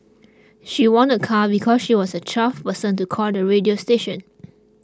she won a car because she was the twelfth person to call the radio station